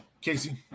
Casey